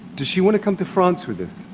does she want to come to france with us?